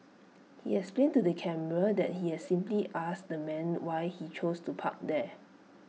he explained to the camera that he has simply asked the man why he chose to park there